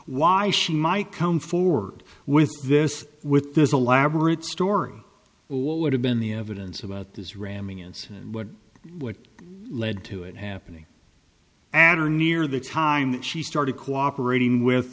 why she might come forward with this with there's a labrat story what would have been the evidence about this ramming incident and what what led to it happening at or near the time that she started cooperating with